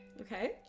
Okay